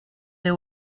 they